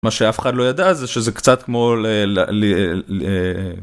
מה שאף אחד לא יודע זה שזה קצת כמו ל...